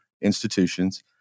institutions